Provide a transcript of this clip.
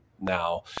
now